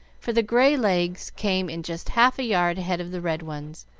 for the gray legs came in just half a yard ahead of the red ones,